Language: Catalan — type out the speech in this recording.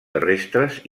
terrestres